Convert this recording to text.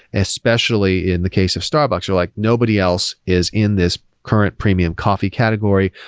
especially in the case of starbucks, you're like, nobody else is in this current premium coffee category.